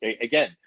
again